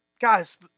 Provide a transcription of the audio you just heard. guys